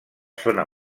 zona